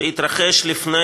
שהתרחש לפני